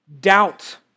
Doubt